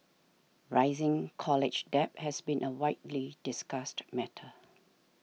rising college debt has been a widely discussed matter